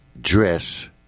dress